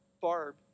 Barb